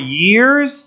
years